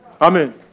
Amen